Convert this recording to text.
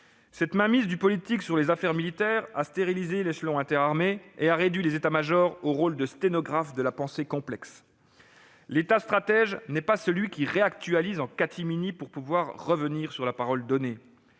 Cette mainmise du politique sur les affaires militaires a stérilisé l'échelon interarmées et réduit les états-majors au rôle de sténographes de la pensée complexe. L'État stratège n'est pas celui qui réactualise en catimini pour pouvoir revenir sur la parole donnée